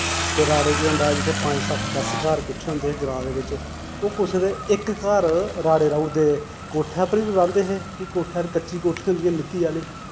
ते राड़े केह् होंदा जित्थै पंज सत्त दस घर किट्ठे होंदे हे ग्रां दे बिच्च ओह् कुसै दे इक घर राड़े राउड़दे हे कोट्ठै उप्पर बी रांह्दे हे कि कोट्ठै'र कच्ची कोट्ठी होंदी ही मित्ती आह्ले